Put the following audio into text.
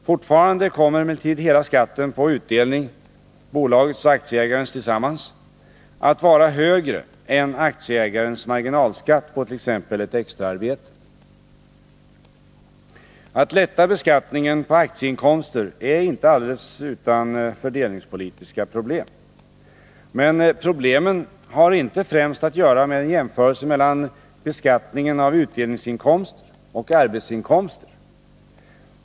Fortfarande kommer emellertid hela skatten på utdelningen — bolagets och aktieägarens tillsammans — att vara högre än aktieägarens marginalskatt på t.ex. ett extraarbete. Att lätta beskattningen på aktieinkomster är inte alldeles utan fördelningspolitiska problem. Men problemen har inte främst att göra med en jämförelse mellan beskattningen av utdelningsinkomster och arbetsinkoms ter.